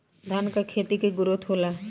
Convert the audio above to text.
धान का खेती के ग्रोथ होला?